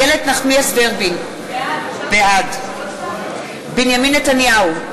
איילת נחמיאס ורבין, בעד בנימין נתניהו,